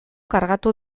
kargatu